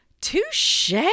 Touche